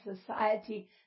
society